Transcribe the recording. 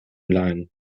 leihen